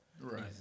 Right